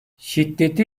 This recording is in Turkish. şiddeti